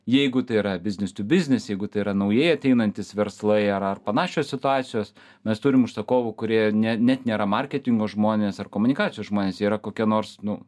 jeigu tai yra biznis tiu biznis jeigu tai yra naujai ateinantys verslai ar ar panašios situacijos mes turim užsakovų kurie ne net nėra marketingo žmonės ar komunikacijos žmonės jie yra kokie nors nu